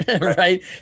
right